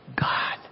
God